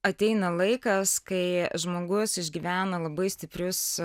ateina laikas kai žmogus išgyvena labai stiprius